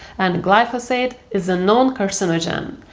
and glyphosate is a know carcinogen.